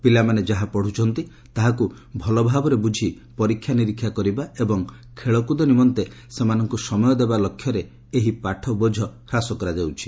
ପିଲାମାନେ ଯାହା ପଢୁଛନ୍ତି ତାହାକୁ ଭଲ ଭାବରେ ବୁଝି ପରୀକ୍ଷା ନିରୀକ୍ଷା କରିବା ଏବଂ ଖେଳକୁଦ ନିମନ୍ତେ ସେମାନଙ୍କୁ ସମୟ ଦେବା ଲକ୍ଷ୍ୟରେ ଏହି ପାଠବୋଝ ହ୍ରାସ କରାଯାଉଛି